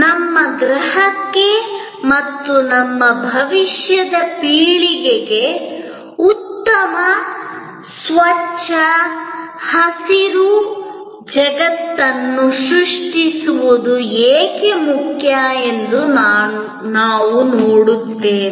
ನಮ್ಮ ಗ್ರಹಕ್ಕೆ ಮತ್ತು ನಮ್ಮ ಭವಿಷ್ಯದ ಪೀಳಿಗೆಗೆ ಉತ್ತಮ ಸ್ವಚ್ಛ ಹಸಿರು ಜಗತ್ತನ್ನು ಸೃಷ್ಟಿಸುವುದು ಏಕೆ ಮುಖ್ಯ ಎಂದು ನಾವು ನೋಡುತ್ತೇವೆ